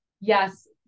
yes